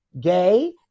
Gay